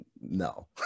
No